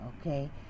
okay